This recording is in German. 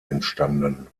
entstanden